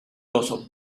los